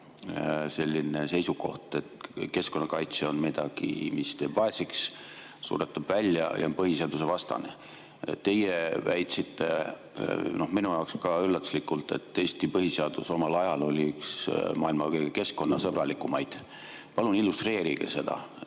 selline seisukoht, et keskkonnakaitse on midagi, mis teeb vaeseks, suretab välja ja on põhiseadusvastane. Teie väitsite – minu jaoks üllatuslikult –, et Eesti põhiseadus omal ajal oli üks maailma kõige keskkonnasõbralikumaid. Palun illustreerige seda.